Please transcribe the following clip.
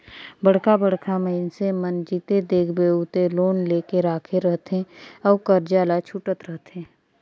बड़का बड़का मइनसे मन जिते देखबे उते लोन लेके राखे रहथे अउ करजा ल छूटत रहथे